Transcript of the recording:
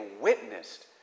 witnessed